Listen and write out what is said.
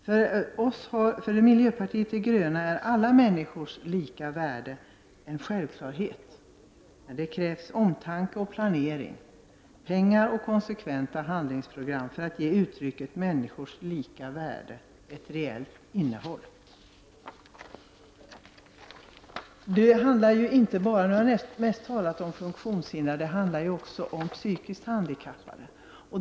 För miljöpartiet de gröna är alla människors lika värde en självklarhet. Men det krävs omtanke och planering, pengar och konsekventa handlingsprogram för att ge uttrycket människors lika värde ett reellt innehåll. Det handlar ju inte bara om funktionshandikappade, som det har talats mest om, utan också om psykiskt handikappade.